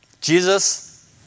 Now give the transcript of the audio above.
Jesus